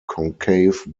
concave